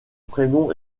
prénom